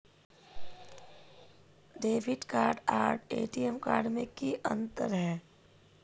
Debit card आर टी.एम card में की अंतर है?